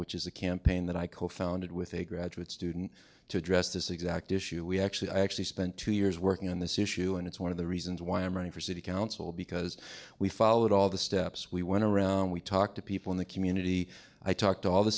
which is a campaign that i co founded with a graduate student to address this exact issue we actually i actually spent two years working on this issue and it's one of the reasons why i'm running for city council because we followed all the steps we went around we talked to people in the community i talked all the